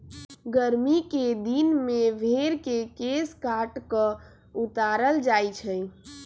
गरमि कें दिन में भेर के केश काट कऽ उतारल जाइ छइ